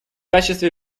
качестве